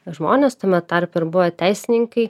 žmonės tame tarpe ir buvo teisininkai